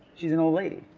she's an old lady.